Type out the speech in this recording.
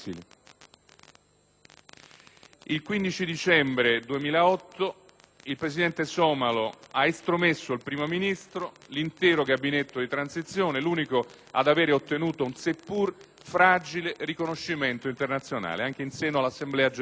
Il 15 dicembre 2008 il Presidente somalo ha estromesso il Primo Ministro e l'intero Gabinetto di transizione, l'unico ad aver ottenuto un seppur fragile riconoscimento internazionale anche in seno all'Assemblea generale dell'ONU.